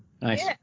Nice